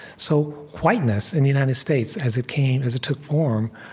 so whiteness in the united states, as it came, as it took form,